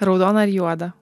raudona ar juoda